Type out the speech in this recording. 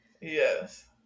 Yes